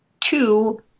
two